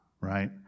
right